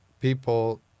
people